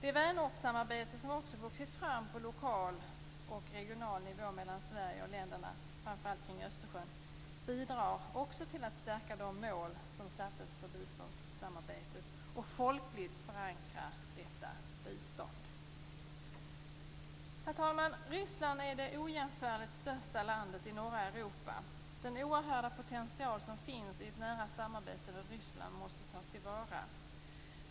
Ett vänortssamarbete har också vuxit fram på lokal och regional nivå mellan Sverige och länderna framför allt kring Östersjön. Det har också bidragit till att stärka de mål som sattes upp för biståndssamarbetet och folkligt förankra detta bistånd. Herr talman! Ryssland är det ojämförligt största landet i norra Europa. Den oerhörda potential som finns i ett nära samarbete med Ryssland måste tas till vara.